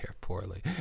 poorly